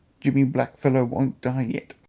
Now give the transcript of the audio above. jimmy black fellow won't die yet?